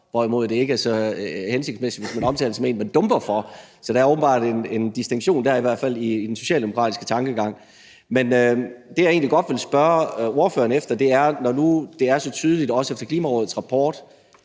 hvorimod det ikke er så hensigtsmæssigt, hvis man omtaler den som en, man dumper for. Så der er åbenbart en distinktion dér, i hvert fald i den socialdemokratiske tankegang. Men det, jeg egentlig godt vil spørge ordføreren om, er: Når nu det er så tydeligt, også efter Klimarådets rapport,